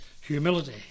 Humility